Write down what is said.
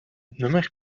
nummer